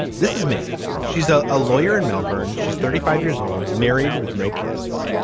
this is megan she's a ah lawyer in melbourne. she's thirty five years old married with no kids.